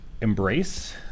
embrace